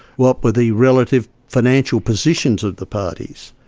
what were the relative financial positions of the parties?